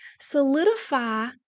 Solidify